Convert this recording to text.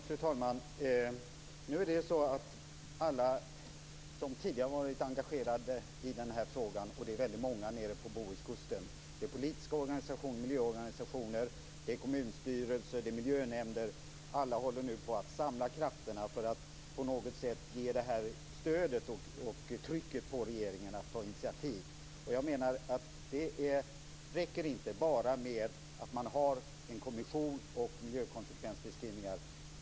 Fru talman! Alla som tidigare har varit engagerade i den här frågan, och det är väldigt många nere på bohuskusten - politiska organisationer, miljöorganisationer, kommunstyrelser, miljönämnder - håller nu på att samla krafterna för att på något sätt ge stöd och trycka på regeringen att ta initiativ. Jag menar att det inte räcker att enbart ha en kommission och miljökonsekvensbeskrivningar.